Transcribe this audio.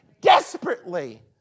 desperately